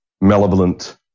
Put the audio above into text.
malevolent